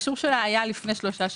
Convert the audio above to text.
אישורה היה לפני שלושה שבועות,